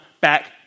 back